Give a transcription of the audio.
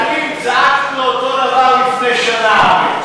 חנין, צעקת לו אותו הדבר לפני שנה.